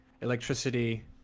electricity